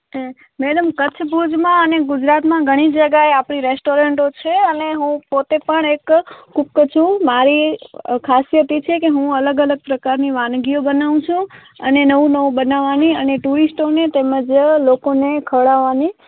madam Kutch ભુજમાં અને ગુજરાતમાં ઘણી જગ્યાએ આપણી રૅસ્ટોરન્ટો છે અને હું પોતે પણ એક કૂક છું મારી ખાસિયત એ છે કે હું અલગ અલગ પ્રકારની વાનગીઓ બનાવું છું અને નવું નવું બનાવવાની અને ટુરિસ્ટોને તેમજ લોકોને ખવડાવવાની